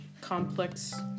complex